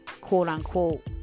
quote-unquote